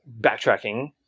backtracking